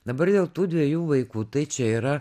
dabar dėl tų dviejų vaikų tai čia yra